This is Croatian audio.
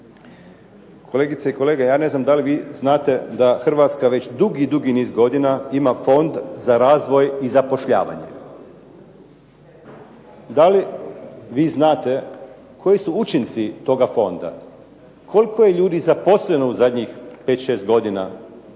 Kolegice i kolege, ja ne znam da li vi znate da Hrvatska već dugi, dugi niz godina ima Fond za razvoj i zapošljavanje. Da li vi znate koji su učinci toga fonda? Koliko je ljudi zaposleno u zadnjih pet, šest godina